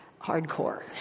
hardcore